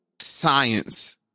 Science